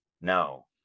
no